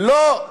לא.